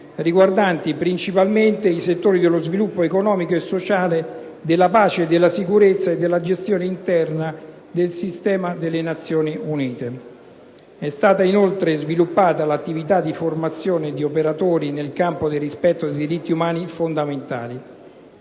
riguardanti principalmente i settori dello sviluppo economico e sociale, della pace, della sicurezza e della gestione interna del sistema delle Nazioni Unite. È stata inoltre sviluppata l'attività di formazione di operatori nel campo del rispetto dei diritti umani fondamentali,